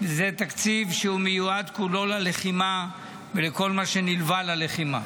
זה תקציב שהוא מיועד כולו ללחימה ולכל מה שנלווה ללחימה.